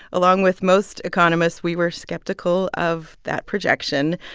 along with most economists, we were skeptical of that projection.